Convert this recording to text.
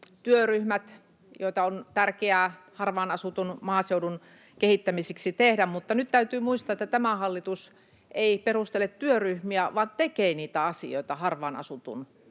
työryhmät, joita on tärkeää harvaan asutun maaseudun kehittämiseksi tehdä, mutta nyt täytyy muistaa, että tämä hallitus ei perustele työryhmiä [Jouni Ovaska: Selvityksiä!] vaan tekee